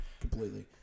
completely